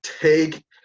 take